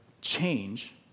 change